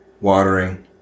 watering